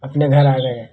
अपने घर आ गए